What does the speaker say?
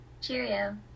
Cheerio